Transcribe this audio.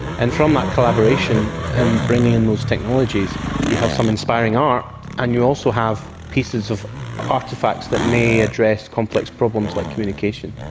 and from that collaboration and bringing in those technologies you have some inspiring art and you also have pieces of artefacts that may address complex problems like communication.